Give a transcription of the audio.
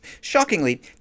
Shockingly